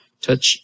touch